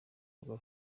rwa